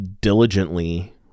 diligently